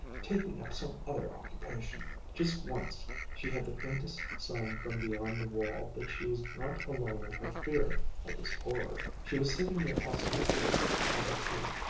taking up some other occupation. just once she had the faintest sign from beyond the wall that she was not alone in her fear of this horror. she was sitting near austin page at a tea,